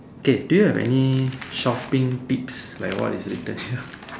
okay do you have any shopping tips like what is written here